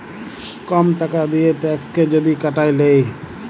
কম টাকা দিঁয়ে ট্যাক্সকে যদি কাটায় লেই